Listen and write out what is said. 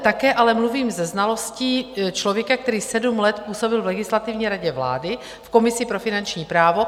Také ale mluvím se znalostí člověka, který sedm let působil v Legislativní radě vlády, v komisi pro finanční právo.